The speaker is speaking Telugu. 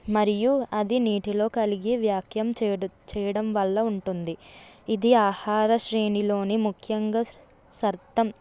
మరియు అది నీటిలో కలిగి వ్యాక్యం చేయడ చేయడం వల్ల ఉంటుంది ఇది ఆహార శ్రేణిలోని ముఖ్యంగా సర్తం